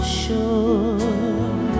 sure